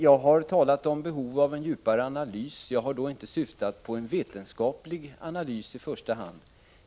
Jag har talat om behovet av en djupare analys men har då i första hand inte syftat på en vetenskaplig analys.